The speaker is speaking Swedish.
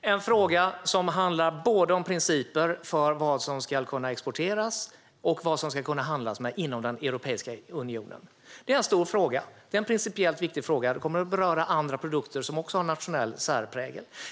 Det är en fråga som handlar om principer för både vad som ska kunna exporteras och vad som ska kunna handlas med inom Europeiska unionen. Det är en stor fråga. Det är en principiellt viktig fråga. Den kommer att beröra andra produkter som också har nationell särprägel.